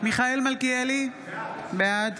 מיכאל מלכיאלי, בעד